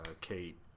Kate